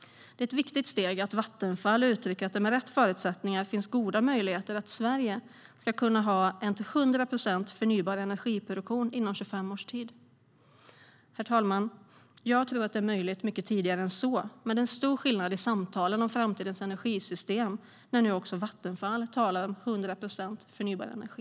Det är ett viktigt steg att Vattenfall uttrycker att det med rätt förutsättningar finns goda möjligheter för Sverige att ha en till 100 procent förnybar energiproduktion inom 25 års tid. Jag tror att det är möjligt mycket tidigare än så, herr talman, men det gör stor skillnad i samtalen om framtidens energisystem att även Vattenfall nu talar om 100 procent förnybar energi.